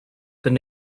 been